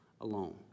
alone